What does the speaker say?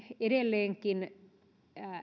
edelleenkin